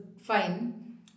fine